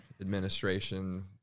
administration